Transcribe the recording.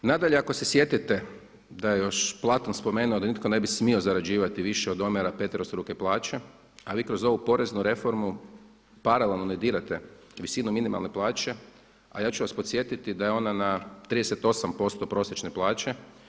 Nadalje, ako se sjetite da je još Platon spomenuo da nitko ne bi smio zarađivati više od omjera peterostruke plaće a vi kroz ovu poreznu reformu paralelno ne dirate visinu minimalne plaće a ja ću vas podsjetiti da je ona na 38% prosječne plaće.